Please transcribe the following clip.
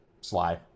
Sly